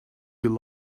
you